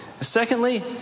secondly